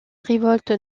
révolte